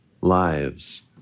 lives